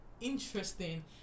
interesting